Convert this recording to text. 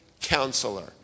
Counselor